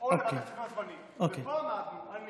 או לוועדת הכספים הזמנית, ופה עמדנו, אני